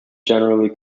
generally